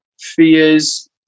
fears